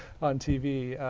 on tv.